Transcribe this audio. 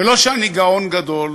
ולא שאני גאון גדול,